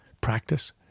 practice